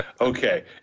Okay